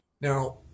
Now